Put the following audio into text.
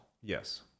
yes